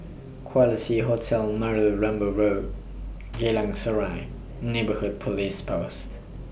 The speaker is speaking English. Quality Hotel Marlow Road Geylang Serai Neighbourhood Police Post